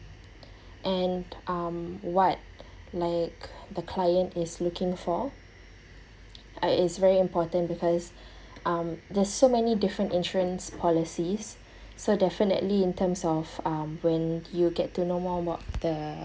and um what like the client is looking for uh is very important because um there's so many different insurance policies so definitely in terms of um when you get to know more about the